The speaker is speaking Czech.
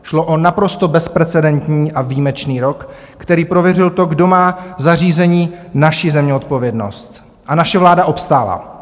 Šlo o naprosto bezprecedentní a výjimečný rok, který prověřil to, kdo má za řízení naší země odpovědnost, a naše vláda obstála.